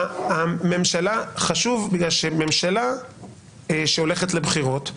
זה חשוב בגלל שממשלה שהולכת לבחירות,